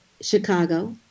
Chicago